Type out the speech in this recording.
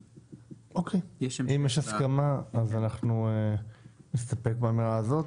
אוקיי, אם יש הסכמה אז אנחנו נסתפק באמירה הזאת.